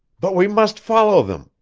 but we must follow them.